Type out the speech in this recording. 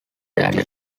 added